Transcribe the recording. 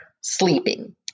sleeping